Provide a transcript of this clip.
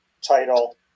title